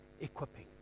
Equipping